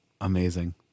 Amazing